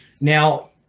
Now